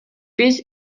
биз